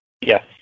Yes